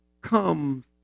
comes